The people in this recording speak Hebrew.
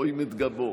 רואים את גבו.